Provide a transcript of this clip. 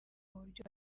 buryo